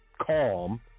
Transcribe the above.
calm